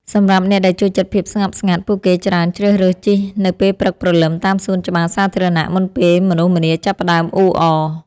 សម្រាប់អ្នកដែលចូលចិត្តភាពស្ងប់ស្ងាត់ ពួកគេច្រើនជ្រើសរើសជិះនៅពេលព្រឹកព្រលឹមតាមសួនច្បារសាធារណៈមុនពេលមនុស្សម្នាចាប់ផ្ដើមអ៊ូអរ។